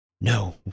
No